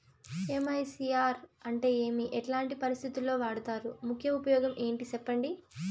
MICR అంటే ఏమి? ఎట్లాంటి పరిస్థితుల్లో వాడుతారు? ముఖ్య ఉపయోగం ఏంటి సెప్పండి?